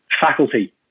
faculty